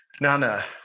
nana